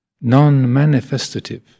non-manifestative